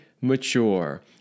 mature